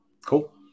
Cool